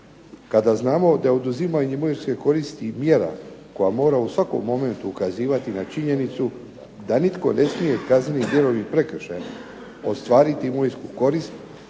Kada znamo daje oduzimanje imovinske koristi mjera koja mora u svakom momentu ukazivati na činjenicu da nitko ne smije kaznenim djelom i prekršajem ostvariti imovinsku korist